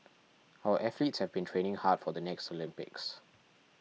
our athletes have been training hard for the next Olympics